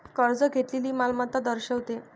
कर्ज घेतलेली मालमत्ता दर्शवते